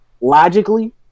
logically